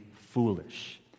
foolish